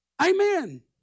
Amen